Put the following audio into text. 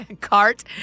cart